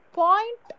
point